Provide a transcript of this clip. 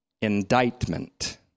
indictment